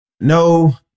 No